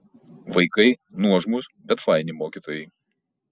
vaikai nuožmūs bet faini mokytojai